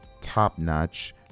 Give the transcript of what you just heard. top-notch